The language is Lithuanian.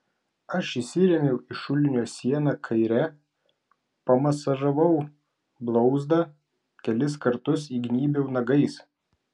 aš įsirėmiau į šulinio sieną kaire pamasažavau blauzdą gelis kartus įgnybiau nagais